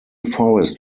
forest